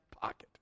pocket